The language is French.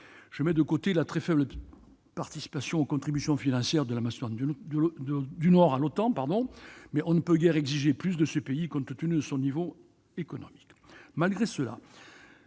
Je mets de côté la très faible contribution financière de la Macédoine du Nord à l'OTAN : on ne peut guère exiger plus de ce pays, compte tenu de son niveau économique.